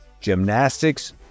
gymnastics